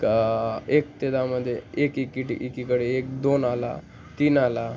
का एक ते दहामध्ये एक इकिटी इकीकडे एक दोन आला तीन आला